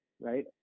right